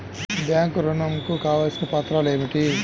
Bank ఋణం కు కావలసిన పత్రాలు ఏమిటి?